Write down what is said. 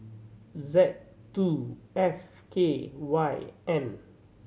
Z two F K Y N